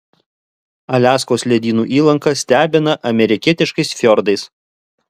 aliaskos ledynų įlanka stebina amerikietiškais fjordais